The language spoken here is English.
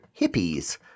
hippies